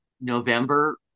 november